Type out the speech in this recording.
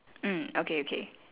mm okay okay